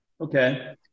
Okay